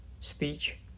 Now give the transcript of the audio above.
speech